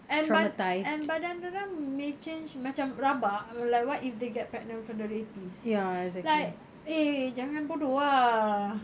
and badan dia orang may change macam rabak like what if they get pregnant from the rapists like eh jangan bodoh ah